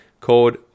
called